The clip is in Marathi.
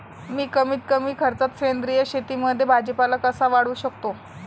मी कमीत कमी खर्चात सेंद्रिय शेतीमध्ये भाजीपाला कसा वाढवू शकतो?